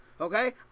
Okay